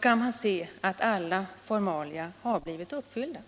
kan man se att alla formalia har blivit uppfyllda.